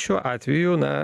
atveju na